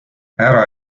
ära